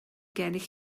gennych